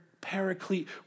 paraclete